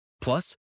Plus